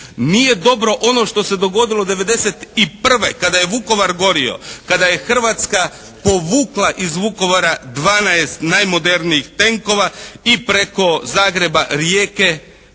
Nije dobro ono što se dogodilo '91. kada je Vukovar gorio, kada je Hrvatska povukla iz Vukovara 12 najmodernijih tenkova i preko Zagreba, Rijeke